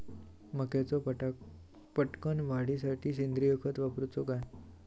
मक्याचो पटकन वाढीसाठी सेंद्रिय खत वापरूचो काय?